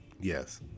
Yes